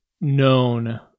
known